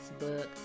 Facebook